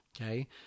Okay